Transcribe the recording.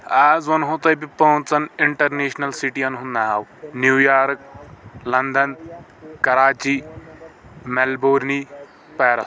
اَز ونو تۄہہِ بہٕ پانٛژن اِنٹرنیشنل سِٹین ہُنٛد ناو نیوٗ یارک لنڈن کراچی مٮ۪لبورنی پیرس